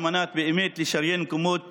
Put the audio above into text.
על מנת באמת לשריין מקומות